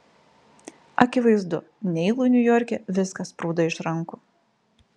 akivaizdu neilui niujorke viskas sprūdo iš rankų